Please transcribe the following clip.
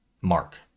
Mark